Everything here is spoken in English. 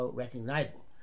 recognizable